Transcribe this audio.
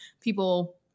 people